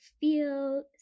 feel